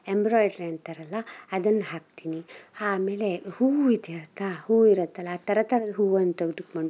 embroidery ಅಂತಾರಲ್ಲ ಅದನ್ನು ಹಾಕ್ತೀನಿ ಆಮೇಲೆ ಹೂವು ಹೂವು ಇರುತ್ತಲ ಆ ಥರ ಥರದ ಹೂವನ್ನು ತೆಗ್ದುಕೊಂಡು